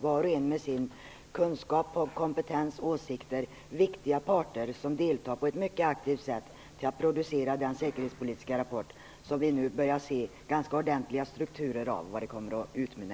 Var och en är med sin kunskap och kompetens viktig part som deltar på ett mycket aktivt sätt i att producera den säkerhetspolitiska rapport som vi nu börjar se ganska ordentliga strukturer av och märker vad den kommer att utmynna i.